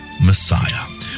Messiah